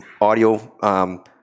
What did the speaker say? audio